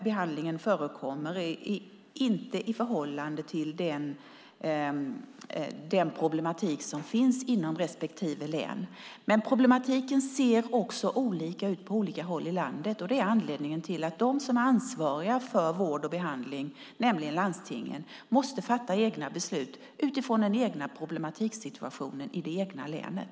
Behandlingen förekommer inte i förhållande till den problematik som finns inom respektive län. Men problematiken ser också olika ut på olika håll i landet, och det är anledningen till att de som är ansvariga för vård och behandling, nämligen landstingen, måste fatta egna beslut utifrån den egna problematiksituationen i det egna länet.